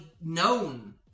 known